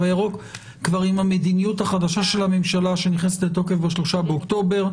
הירוק עם המדיניות החדשה של הממשלה שנכנסת לתוקף ב-3 באוקטובר.